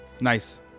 nice